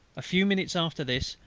a few minutes after this,